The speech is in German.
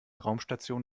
raumstation